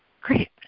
Great